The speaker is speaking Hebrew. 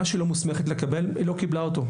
מה שהיא לא מוסמכת לקבל, לא קיבלה אותו.